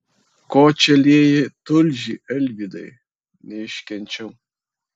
ko čia lieji tulžį eivydai neiškenčiau